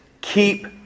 keep